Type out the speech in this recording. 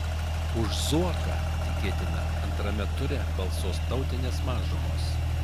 už zuoką tikėtina antrame ture balsuos tautinės mažumos